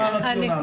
מה הרציונל?